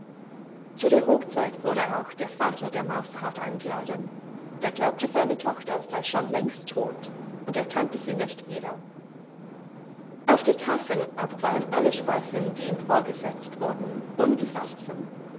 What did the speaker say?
zu der hochzeit wurde auch der vater der mausehaut eingeladen der glaubte seine tochter sey schon längst todt und erkannte sie nicht wieder auf der tafel aber waren alle speisen die ihm vorgesetzt wurden ungesalzen